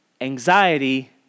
Anxiety